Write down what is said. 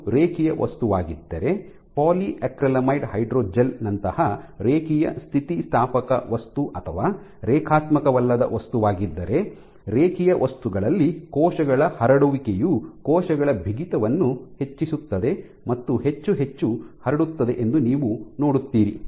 ಅದು ರೇಖೀಯ ವಸ್ತುವಾಗಿದ್ದರೆ ಪಾಲಿಯಾಕ್ರಿಲಾಮೈಡ್ ಹೈಡ್ರೋಜೆಲ್ ನಂತಹ ರೇಖೀಯ ಸ್ಥಿತಿಸ್ಥಾಪಕ ವಸ್ತು ಅಥವಾ ರೇಖಾತ್ಮಕವಲ್ಲದ ವಸ್ತುವಾಗಿದ್ದರೆ ರೇಖೀಯ ವಸ್ತುಗಳಲ್ಲಿ ಕೋಶಗಳ ಹರಡುವಿಕೆಯು ಕೋಶಗಳ ಬಿಗಿತವನ್ನು ಹೆಚ್ಚಿಸುತ್ತದೆ ಮತ್ತು ಹೆಚ್ಚು ಹೆಚ್ಚು ಹರಡುತ್ತದೆ ಎಂದು ನೀವು ನೋಡುತ್ತೀರಿ